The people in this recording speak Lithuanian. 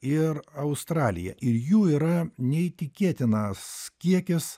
ir australija ir jų yra neįtikėtinas kiekis